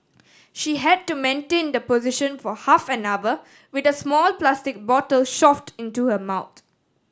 she had to maintain the position for half an hour with a small plastic bottle shoved into her mouth